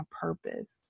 purpose